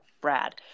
Brad